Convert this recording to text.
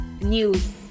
news